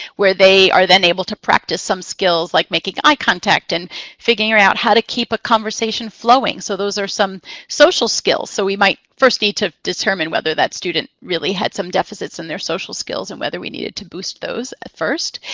where they are then they to practice some skills, like making eye contact and figuring out how to keep a conversation flowing. so those are some social skills. so we might first need to determine whether that student really had some deficits in their social skills and whether we needed to boost those first,